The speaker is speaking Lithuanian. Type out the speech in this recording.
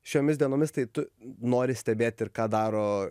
šiomis dienomis tai tu nori stebėt ir ką daro